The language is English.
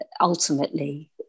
ultimately